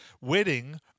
wedding